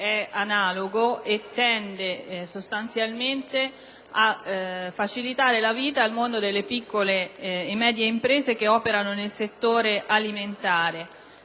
(testo 2) e tende sostanzialmente a facilitare la vita al mondo delle piccole e medie imprese che operano nel settore alimentare,